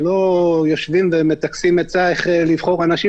שלא יושבים ומטכסים עצה איך לבחור אנשים